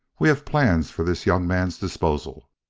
we have plans for this young man's disposal.